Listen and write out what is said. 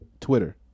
Twitter